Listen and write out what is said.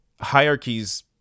hierarchies